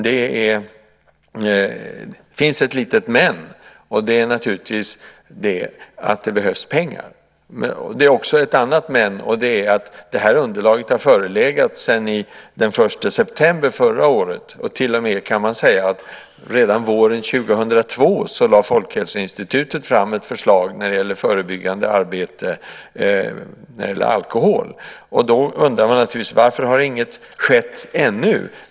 Det finns ett litet "men", och det är naturligtvis att det behövs pengar. Ett annat "men" är att detta underlag har förelegat sedan den 1 september förra året. Redan våren 2002 lade Folkhälsoinstitutet fram ett förslag om förebyggande arbete när det gäller alkohol. Då undrar man naturligtvis: Varför har inget skett ännu?